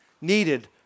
needed